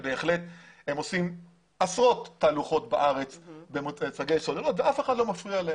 בהחלט הם עושים עשרות תהלוכות בארץ במיצגי צוללות ואף אחד לא מפריע להם.